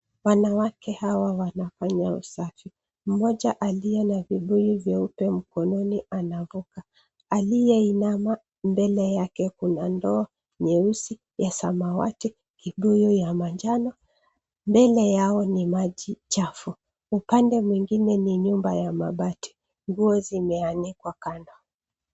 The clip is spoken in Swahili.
Wanawake hawa wanafanya usafi. Mmoja ana vibuyu vyeupe mikononi anavuka. Aliyeinama mbele yake kuna ndoo nyeusi, ya samawati, kibuyu ya manjano. Mbele yao ni maji chafu. Upande mwingine ni nyumba ya mabati nguo zimeanikwa kando.